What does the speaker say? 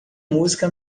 música